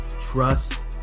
trust